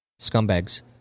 Scumbags